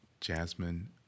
Jasmine